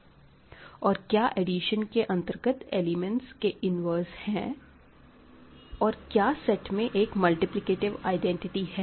और क्या एडिशन के अंतर्गत एलिमेंट्स के इन्वर्स है और क्या सेट में एक मल्टीप्लिकेटिव आईडेंटिटी है